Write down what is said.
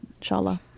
Inshallah